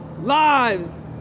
lives